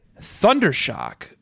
Thundershock